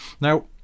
Now